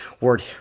word